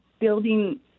building